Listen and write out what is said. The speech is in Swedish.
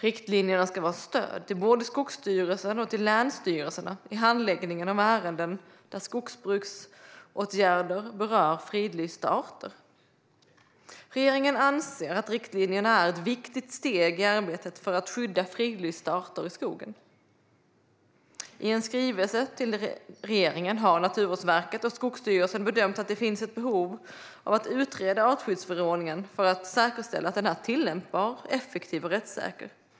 Riktlinjerna ska vara ett stöd till både Skogsstyrelsen och länsstyrelserna i handläggningen av ärenden där skogsbruksåtgärder berör fridlysta arter. Regeringen anser att riktlinjerna är ett viktigt steg i arbetet för att skydda fridlysta arter i skogen. I en skrivelse till regeringen har Naturvårdsverket och Skogsstyrelsen bedömt att det finns ett behov av att utreda artskyddsförordningen för att säkerställa att den är tillämpbar, effektiv och rättssäker.